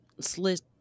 Slit